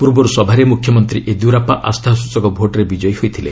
ପୂର୍ବରୁ ସଭାରେ ମୁଖ୍ୟମନ୍ତ୍ରୀ ୟେଦିୟୁରାସ୍କା ଆସ୍ଥାସ୍ଟଚକ ଭୋଟ୍ରେ ବିଜୟୀ ହୋଇଥିଲେ